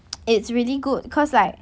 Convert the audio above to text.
it's really good because like